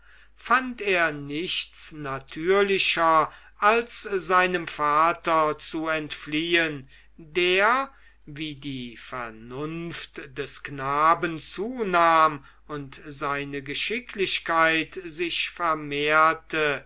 fand er nichts natürlicher als seinem vater zu entfliehen der wie die vernunft des knaben zunahm und seine geschicklichkeit sich vermehrte